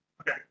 Okay